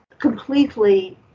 completely